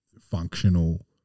functional